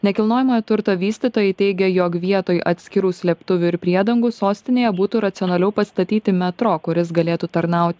nekilnojamojo turto vystytojai teigia jog vietoj atskirų slėptuvių ir priedangų sostinėje būtų racionaliau pastatyti metro kuris galėtų tarnauti